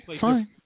fine